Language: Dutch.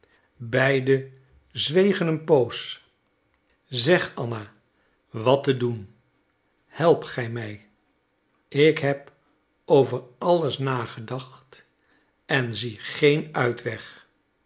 beiden zwegen een poos zeg anna wat te doen help gij mij ik heb over alles nagedacht en zie geen uitweg